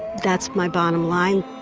that's my bottom line.